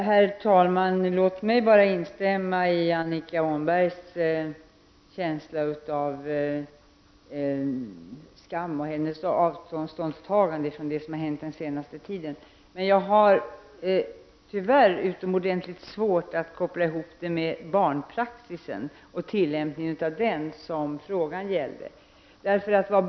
Herr talman! Låt mig instämma i Annika Åhnbergs känsla av skam och i hennes avståndstagande från det som har hänt den senaste tiden. Men jag har tyvärr utomordentligt svårt att koppla ihop detta med tillämpningen av barnpraxis, som frågan gäller.